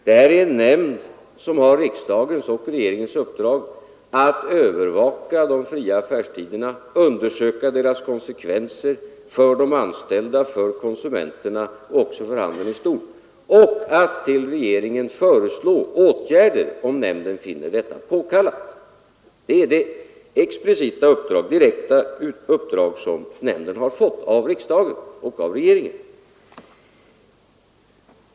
Det är en nämnd, som har riksdagens och regeringens uppdrag att övervaka de fria affärstiderna, undersöka deras konsekvenser för de anställda, för konsumenterna och för handeln i stort samt att till regeringen föreslå åtgärder, om nämnden finner detta påkallat. Det är det direkta uppdrag som nämnden har fått av riksdagen och av regeringen.